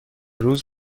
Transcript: روز